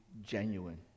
genuine